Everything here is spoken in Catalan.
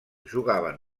jugaven